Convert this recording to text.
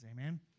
amen